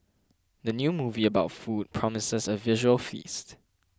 the new movie about food promises a visual feast